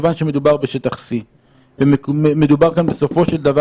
מכיוון שמדובר בשטח C ומדובר גם בסופו של דבר